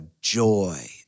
joy